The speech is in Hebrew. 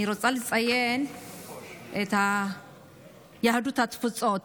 אני רוצה לציין את יהדות התפוצות.